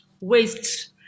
waste